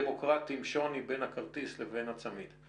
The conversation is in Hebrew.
הדמוקרטיים שוני בין הכרטיס לבין הצמיד.